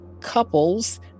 couples